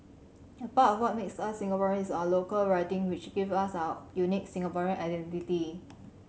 a part of what makes us Singaporean is our local writing which gives us our unique Singaporean identity